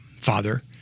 Father